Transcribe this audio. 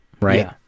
right